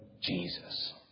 Jesus